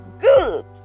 good